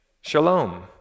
shalom